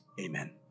Amen